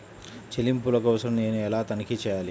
చెల్లింపుల కోసం నేను ఎలా తనిఖీ చేయాలి?